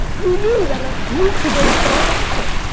who knew that a glute could go so inactive?